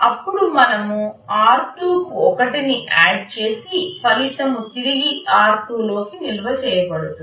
అప్పుడు మనము r2 కు 1 ని add చేసి ఫలితం తిరిగి r2 లోకి నిల్వ చేయబడుతుంది